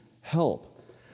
help